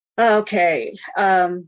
Okay